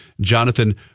Jonathan